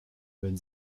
wenn